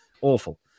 Awful